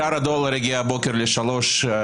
שער הדולר הגיע הבוקר ל-3.72,